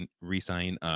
re-sign